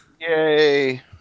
Yay